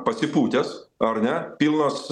pasipūtęs ar ne pilnos